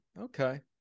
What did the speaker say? Okay